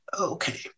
okay